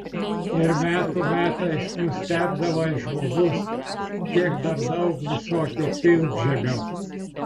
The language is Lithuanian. ir metų metais nustebdavai žmogus kiek dar daug visokio pilkžemio